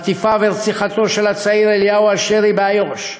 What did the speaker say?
חטיפה ורציחתו של הצעיר אליהו אשרי באיו"ש,